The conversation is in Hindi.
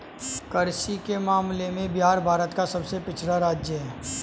कृषि के मामले में बिहार भारत का सबसे पिछड़ा राज्य है